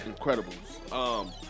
Incredibles